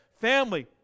family